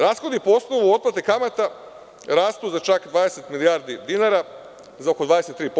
Rashodi po osnovu otplate kamate rastu za čak 20 milijardi dinara, za oko 23%